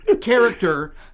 character